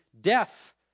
deaf